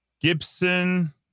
Gibson